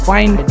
Find